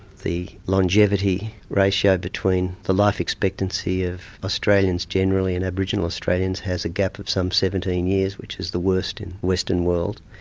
the longevity ratio between the life expectancy of australians generally and aboriginal australians has a gap of some seventeen years, which is the worst in the western world,